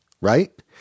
right